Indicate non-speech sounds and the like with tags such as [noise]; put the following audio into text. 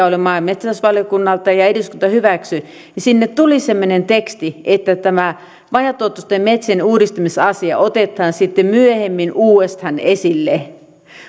[unintelligible] oli maa ja metsätalousvaliokunnalta ja jonka eduskunta hyväksyi tuli semmoinen teksti että tämä vajaatuottoisten metsien uudistamisasia otetaan sitten myöhemmin uudestaan esille